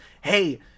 hey